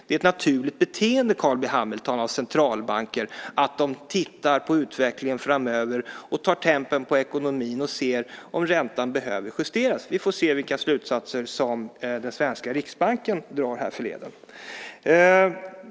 Det är ett naturligt beteende, Carl B Hamilton, av centralbanker att de tittar på utvecklingen framöver och tar tempen på ekonomin för att se om räntan behöver justeras. Vi får se vilka slutsatser den svenska riksbanken drar här framöver.